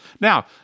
Now